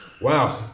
wow